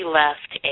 left